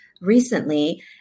recently